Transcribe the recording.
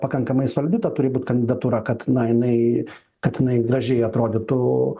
pakankamai solidi ta turi būt kandidatūra kad na jinai kad jinai gražiai atrodytų